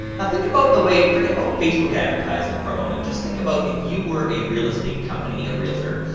ah think about the way, forgot about facebook advertising for a moment, and just think about if you were a real estate company, a realtor.